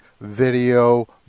video